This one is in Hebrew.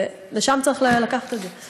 לשם צריך לקחת את זה.